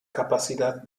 capacidad